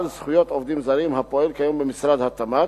זכויות עובדים זרים הפועל כיום במשרד התמ"ת